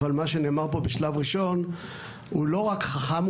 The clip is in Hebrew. אבל מה שנאמר פה בשלב ראשון הוא לא רק חכם,